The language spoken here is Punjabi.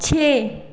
ਛੇ